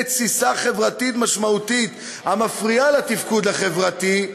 תסיסה חברתית משמעותית המפריעה לתפקוד החברתי,